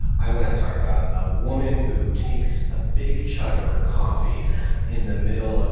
i want to talk about a woman who takes a big chug of her coffee in the middle. ah